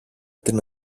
την